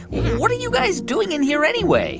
what are you guys doing in here, anyway?